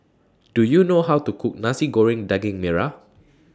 Do YOU know How to Cook Nasi Goreng Daging Merah